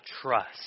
trust